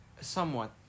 Somewhat